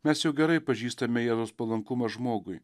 mes jau gerai pažįstame jėzaus palankumą žmogui